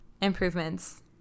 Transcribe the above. improvements